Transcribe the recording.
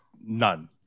none